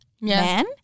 man